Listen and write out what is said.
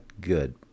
good